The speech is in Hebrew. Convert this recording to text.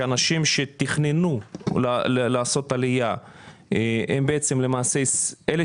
שאנשים שתכננו לעשות עלייה הם בעצם למעשה אלה